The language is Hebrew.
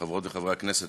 חברות וחברי הכנסת,